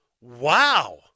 Wow